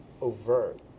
overt